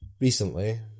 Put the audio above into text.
Recently